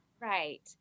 Right